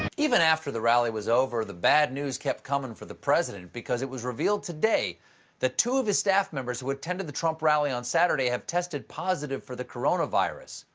even after the rally was over, the bad news kept coming for the president, because it was revealed today that two of his staff members who attended the trump rally on saturday have tested positive for the coronavirus.